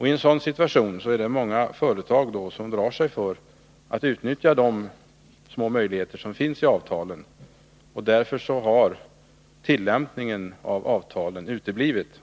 I en sådan situation är det många företag som drar sig för att utnyttja de små möjligheter som dock finns i avtalen. Därför har tillämpningen av avtalen uteblivit.